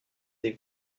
des